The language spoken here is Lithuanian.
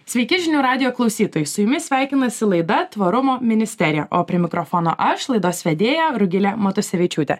sveiki žinių radijo klausytojai su jumis sveikinasi laida tvarumo ministerija o prie mikrofono aš laidos vedėja rugilė matusevičiūtė